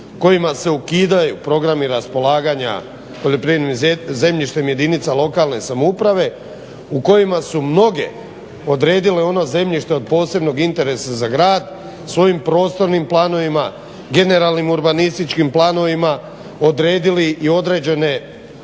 kojima se ukidaju programi raspolaganja poljoprivrednim zemljištem jedinica lokalne samouprave u kojima su mnoge odredile ono zemljište od posebnog interesa za grad. Svojim prostornim planova, generalnim urbanističkim planovima odredili i određene,